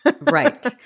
Right